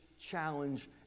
challenge